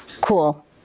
Cool